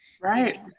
right